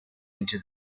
into